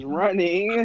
running